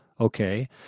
okay